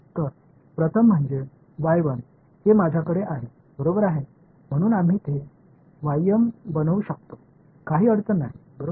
तर प्रथम म्हणजे ते माझ्याकडे आहे बरोबर आहे म्हणून आम्ही ते बनवू शकतो काही अडचण नाही बरोबर